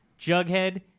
Jughead